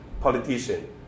politician